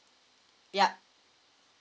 yup